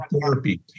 therapy